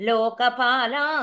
Lokapala